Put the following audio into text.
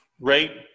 rate